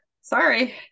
Sorry